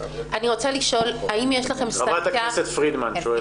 חברת הכנסת פרידמן.